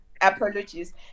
apologies